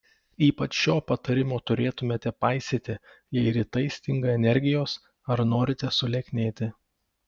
ypač šio patarimo turėtumėte paisyti jei rytais stinga energijos ar norite sulieknėti